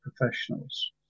professionals